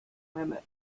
limits